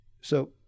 so-